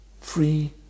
Free